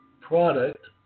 product